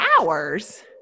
hours